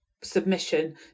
submission